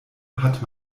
hat